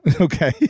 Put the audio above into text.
Okay